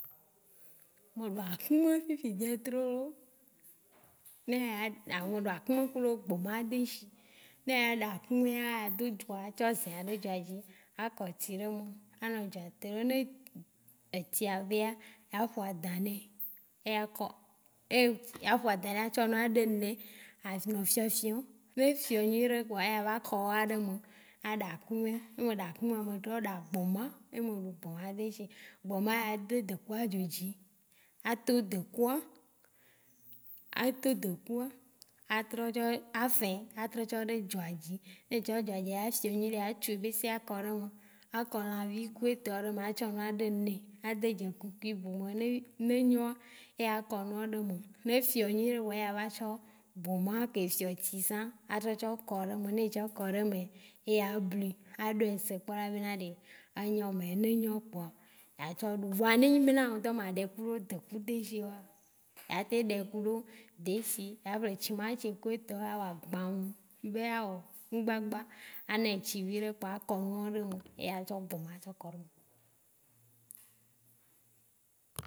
Me ɖu akumɛ fifi dzɛ tro lo. Ne eya- aho eɖu akumɛ kuɖo gbɔma deshi. Ne eya ɖa akumɛa, a do dzoa a tsɔ zɛa ɖe dzoa dzi a kɔ tsi ɖe me. A nɔ dzoa te- ne etsia vea, a ƒo adã nɛ. Eya kɔ-e- a ƒo adã nɛ tsɔ ɖe nu, avi nɔ fiɔfiɔ. Ne efiɔ nyuiɖe kpoa eya va kɔ wɔa ɖe me a ɖa akumɛ. Ne me ɖa akumɛ me trɔ ɖa gboma ye me ɖu gboma deshi. Gbɔma ya do dekua dzo dzi, a to dekua, a to dekua, a trɔ tsɔ-a sɛ, a trɔ tsɔ ɖe dzoa dzi. Ne etsɔ l dzoa dzia ya fiɔ nyuiɖe ya tsu ebese ya kɔɖe me, a kɔ lãvi etɔa ɖo me, a tsɔ nua de nu nɛ, a de dze ku kibu o. Ne enyoa, eya kɔ nua ɖe me. Ne efiɔ nyuiɖe kpoa eya va tsɔ gboma ke fiɔ tsi sã a trɔ tsɔ kɔɖe me. Ne etsɔ kɔɖe mea, eya blui, a ɖɔe se kpɔɖa be na ɖe anyɔme, ne enyo kpoa a tsɔ ɖo, vɔa ne enyi be na wo ŋtɔ ma dɛ kuɖo deku deshi wa, ya tɛ dɛ kuɖo desi. Ya ƒle tsimatsi ku etɔo a wɔ agbã ŋu be ya wɔ ŋugbagba a nɛ etsi viɖe kpoa a kɔ nuɔa ɖe me eya sɔ gboma sɔ kɔɖe me.